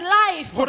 life